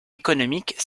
économiques